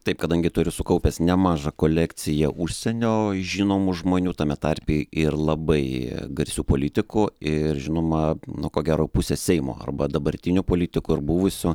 taip kadangi turiu sukaupęs nemažą kolekciją užsienio žinomų žmonių tame tarpe ir labai garsių politikų ir žinoma na ko gero pusės seimo arba dabartinių politikų ir buvusių